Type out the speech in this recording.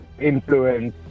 influence